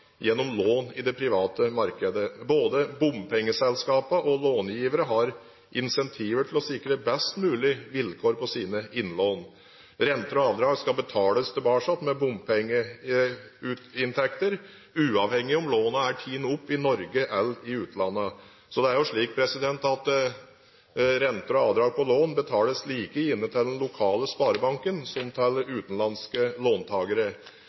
gjennom lån i det private markedet. Både bompengeselskapene og långiverne har incentiver til å sikre best mulig vilkår på sine innlån. Renter og avdrag skal betales tilbake med bompengeinntekter, uavhengig av om lånet er tatt opp i Norge eller i utlandet. Så renter og avdrag på lån betales like gjerne til den lokale sparebanken som